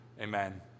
amen